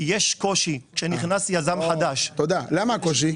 כמה מחצבות יש היום?